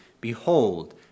Behold